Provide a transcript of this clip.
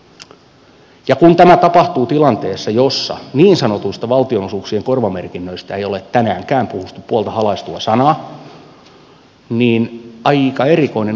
ja kun tämä tapahtuu tilanteessa jossa niin sanotuista valtionosuuksien korvamerkinnöistä ei ole tänäänkään puhuttu puolta halaistua sanaa niin aika erikoinen on tämä tilanne